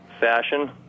fashion